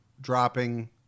dropping